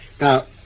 Now